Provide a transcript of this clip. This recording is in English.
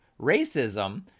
racism